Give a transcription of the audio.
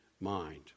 mind